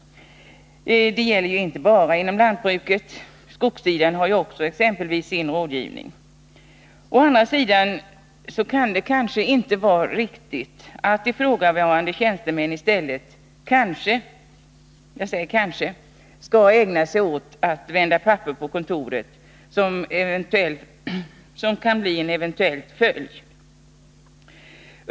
Detta gäller inte bara inom lantbruket, utan exempelvis skogssidan har också sin rådgivning. Å andra sidan kan det inte vara riktigt att ifrågavarande tjänstemän i stället kanske — jag säger kanske — skall ägna sig åt att vända papper på kontoret, vilket kan bli en eventuell följd av besparingarna.